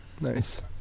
Nice